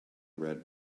red